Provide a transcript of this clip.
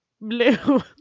blue